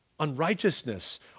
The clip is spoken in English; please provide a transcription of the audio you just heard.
unrighteousness